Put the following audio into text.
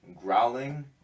growling